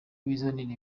bizanira